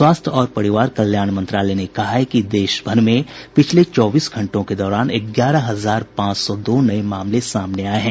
स्वास्थ्य और परिवार कल्याण मंत्रालय ने कहा है कि देशभर में पिछले चौबीस घंटों के दौरान ग्यारह हजार पांच सौ दो नये मामले सामने आये हैं